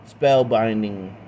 spellbinding